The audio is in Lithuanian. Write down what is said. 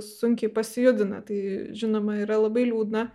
sunkiai pasijudina tai žinoma yra labai liūdna